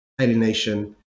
alienation